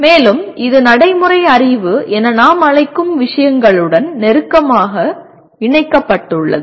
மேலும் இது நடைமுறை அறிவு என நாம் அழைக்கும் விஷயங்களுடன் நெருக்கமாக இணைக்கப்பட்டுள்ளது